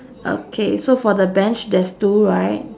okay so for the bench there's two right